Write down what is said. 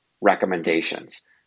recommendations